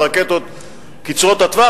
הרקטות קצרות הטווח,